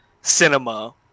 cinema